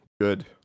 good